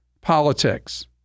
politics